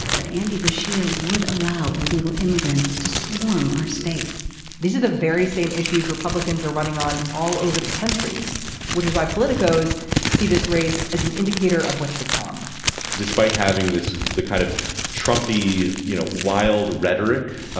but andy bashir would allow illegal immigrants to swarm our state these are the very same issues republicans are running on all over the country which is why politicos see this race as an indicator of what's to come despite having this the kind of trump be you know wild rhetoric. ah